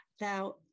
Now